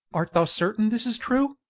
art thou certain this is true?